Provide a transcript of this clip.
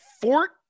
Fort